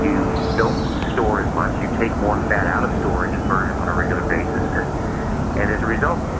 you don't store as much, you take more fat out of storage and burn it on a regular basis, and and as a result,